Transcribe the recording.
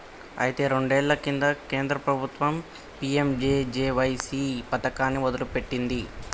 అయితే రెండేళ్ల కింద కేంద్ర ప్రభుత్వం పీ.ఎం.జే.జే.బి.వై పథకాన్ని మొదలుపెట్టింది